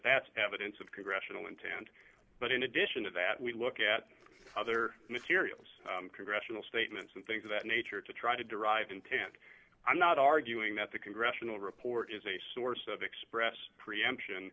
that's evidence of congressional intent but in addition to that we look at other materials congressional statements and things of that nature to try to derive intent i'm not arguing that the congressional report is a source of express preemption